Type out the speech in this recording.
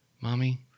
Mommy